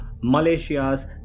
Malaysia's